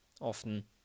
often